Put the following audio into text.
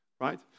Right